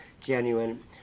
genuine